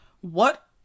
what-